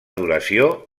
duració